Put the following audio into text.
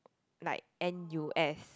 like n_u_s